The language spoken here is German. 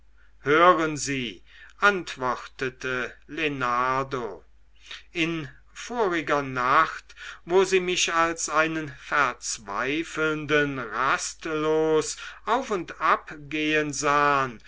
hören sie antwortete lenardo in voriger nacht wo sie mich als einen verzweifelnden rastlos auf und ab gehen sahen